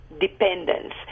dependence